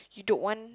you don't want